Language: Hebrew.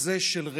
לא